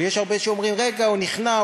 ויש הרבה שאומרים: רגע הוא נכנע,